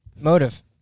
Motive